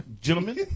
gentlemen